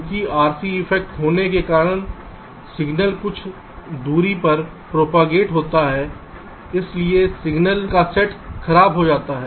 चूंकि RC effect होने के कारण सिग्नल कुछ दूरी पर प्रोपागेट होता है है इसलिए सिग्नल का समोच्च खराब हो जाता है